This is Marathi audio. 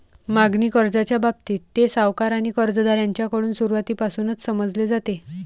मागणी कर्जाच्या बाबतीत, ते सावकार आणि कर्जदार यांच्याकडून सुरुवातीपासूनच समजले जाते